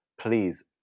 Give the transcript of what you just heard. please